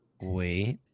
Wait